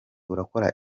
urakora